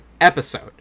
episode